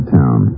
town